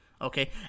okay